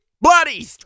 Bloody